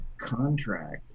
contract